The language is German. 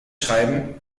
schreiben